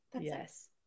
Yes